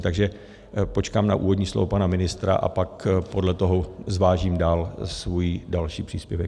Takže já počkám na úvodní slovo pana ministra a pak podle toho zvážím dále svůj další příspěvek.